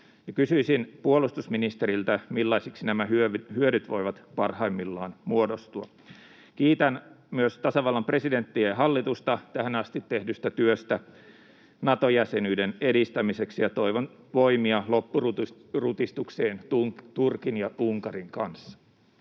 Kysyisin puolustusministeriltä: millaisiksi nämä hyödyt voivat parhaimmillaan muodostua? Kiitän myös tasavallan presidenttiä ja hallitusta tähän asti tehdystä työstä Nato-jäsenyyden edistämiseksi, ja toivon voimia loppurutistukseen Turkin ja Unkarin kanssa.